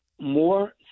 more